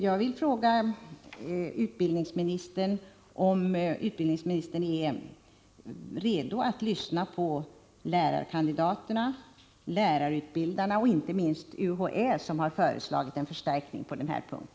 Jag vill fråga om utbildningsministern är redo att lyssna på lärarkandidaterna, på lärarutbildarna och inte minst på UHÄ, som har föreslagit en förstärkning på denna punkt.